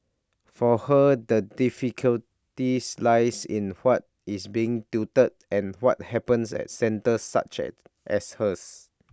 for her the difficulties lies in what is being tutored and what happens at centres such as as her